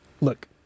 Look